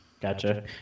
Gotcha